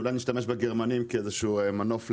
אולי נשתמש בגרמנים כאיזשהו מנוף.